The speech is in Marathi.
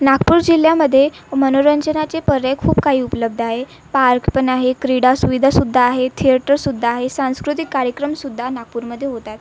नागपूर जिल्ह्यामध्ये मनोरंजनाचे पर्याय खूप काही उपलब्ध आहे पार्क पण आहे क्रीडा सुविधासुद्धा आहे थ्येटरसुद्धा आहे सांस्कृतिक कार्यक्रमसुद्धा नागपूरमध्ये होतात